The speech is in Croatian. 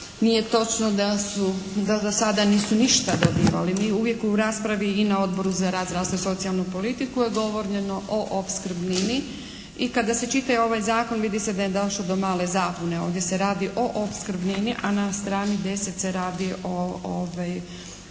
nije točno da do sada nisu ništa dobivali. Mi uvijek u raspravi i u Odboru za rad, zdravstvo i socijalnu politiku je govoreno o opskrbnini i kada se čita ovaj zakon vidi se da je došlo do male zabune. Ovdje se radi na opskrbnini, a na strani 10 se radi o